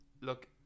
Look